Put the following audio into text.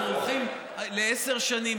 אנחנו הולכים לעשר שנים,